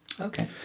Okay